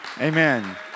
amen